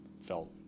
felt